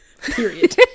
Period